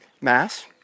Mass